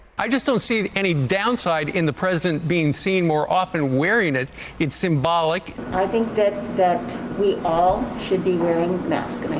i just don't see any down side in the president being seen more often wearing it. it is symbolic. i think that that we all should be wearing masks.